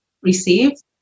received